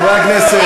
חברי הכנסת,